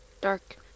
dark